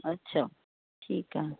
ਅੱਛਿਆ ਠੀਕ ਐ